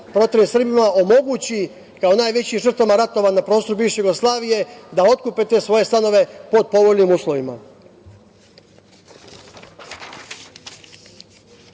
proteranim Srbima omogući, kao najvećim žrtvama ratova na prostoru bivše Jugoslavije, da otkupe te svoje stanove po povoljnim uslovima.U